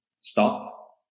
stop